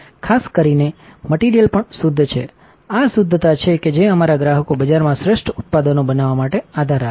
ખાસ કરીને માટરીઅલ પણ શુદ્ધ છે આ શુદ્ધતા છે કે જે અમારા ગ્રાહકો બજારમાં શ્રેષ્ઠ ઉત્પાદનો બનાવવા માટે આધાર રાખે છે